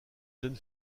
jeune